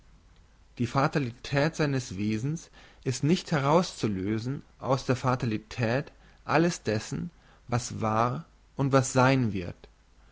die fatalität seines wesens ist nicht herauszulösen aus der fatalität alles dessen was war und was sein wird